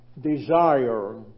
desire